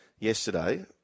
Yesterday